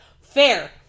Fair